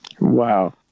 Wow